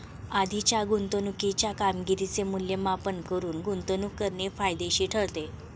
आधीच्या गुंतवणुकीच्या कामगिरीचे मूल्यमापन करून गुंतवणूक करणे फायदेशीर ठरते